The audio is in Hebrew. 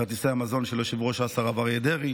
כרטיסי המזון של יושב-ראש ש"ס הרב אריה דרעי